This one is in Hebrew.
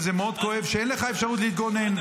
וזה מאוד כואב שאין לך אפשרות להתגונן.